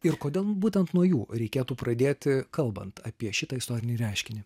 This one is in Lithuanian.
ir kodėl būtent nuo jų reikėtų pradėti kalbant apie šitą istorinį reiškinį